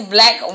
Black